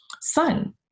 son